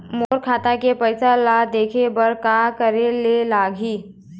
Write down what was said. मोर खाता के पैसा ला देखे बर का करे ले लागही?